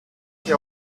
sie